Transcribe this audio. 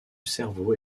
cerveau